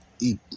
eat